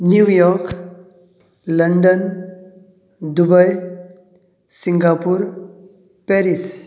New York London Dubai Singapore Paris